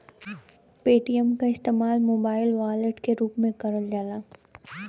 Paytm क इस्तेमाल mobile wallet के रूप में करल जाला